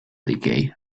decay